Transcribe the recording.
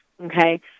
okay